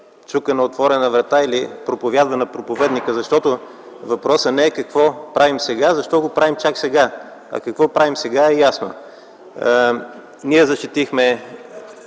чука на отворена врата или проповядва на проповедника. Въпросът не е какво правим сега, а защо го правим чак сега. Какво правим сега е ясно. Ние защитихме